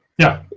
yeah